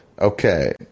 Okay